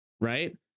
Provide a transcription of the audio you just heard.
right